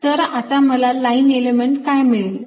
तर आता मला लाइन एलिमेंट काय मिळेल